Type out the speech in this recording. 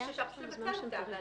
אפשר לבטל אותה.